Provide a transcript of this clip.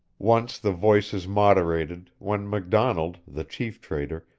once the voices moderated, when mcdonald, the chief trader,